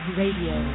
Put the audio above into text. radio